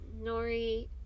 Nori